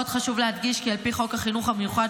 עוד חשוב להדגיש כי על פי חוק החינוך המיוחד,